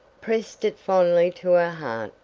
pressed it fondly to her heart,